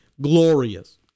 Glorious